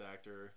Actor